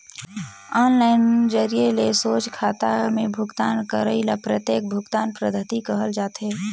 online जरिए ले सोझ खाता में भुगतान करई ल प्रत्यक्छ भुगतान पद्धति कहल जाथे